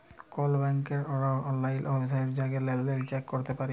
call ব্যাংকের অললাইল ওয়েবসাইটে জাঁয়ে লেলদেল চ্যাক ক্যরতে পারি